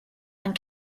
and